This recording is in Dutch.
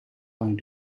lang